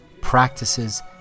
practices